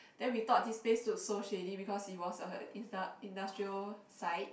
then we thought this place look so shady because it was a indus~ industrial site